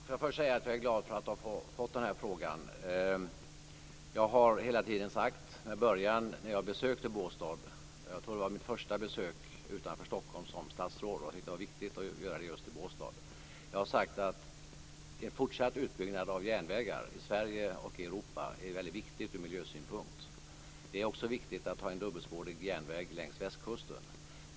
Fru talman! Jag vill först och främst säga att jag är glad för att ha fått den här frågan. Jag har hela tiden sagt med början vid ett besök i Båstad - jag tror att det var mitt första besök som statsråd utanför Stockholm, och jag tyckte att det var viktigt att göra det just i Båstad - att en fortsatt utbyggnad av järnvägar i Sverige och i Europa är väldigt viktigt ur miljösynpunkt. Det är också viktigt att ha en dubbelspårig järnväg längs västkusten.